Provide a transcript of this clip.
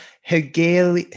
Hegel